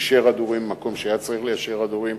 ויישר הדורים במקום שהיה צריך ליישר הדורים,